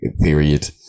period